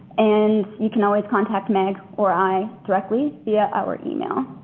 and you can always contact meg or i directly via our email.